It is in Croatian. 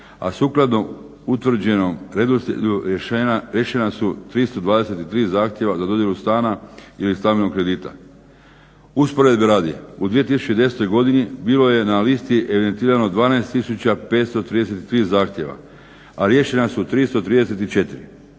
a sukladno utvrđenom redoslijedu riješena su 323 zahtjeva za dodjelu stana ili stambenog kredita. Usporedbe radi u 2010. godini bilo je na listi evidentirano 12533 zahtjeva, a riješena su 334.